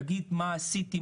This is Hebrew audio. תגיד מה עשיתי,